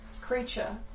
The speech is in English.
creature